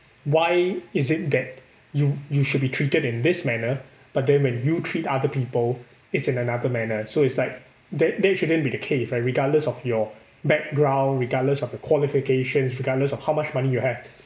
why is it that you you should be treated in this manner but then when you treat other people it's in another manner so it's like that that shouldn't be the case right regardless of your background regardless of the qualifications regardless of how much money you have